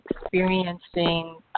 experiencing